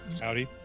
Howdy